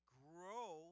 grow